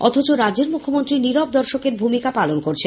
অথচ রাজ্যের মুখ্যমন্ত্রী নীরব দর্শকের ভূমিকা পালন করছেন